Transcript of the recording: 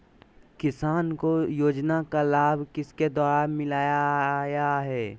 किसान को योजना का लाभ किसके द्वारा मिलाया है?